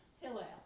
Hillel